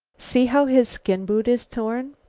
see how his skin-boot is torn!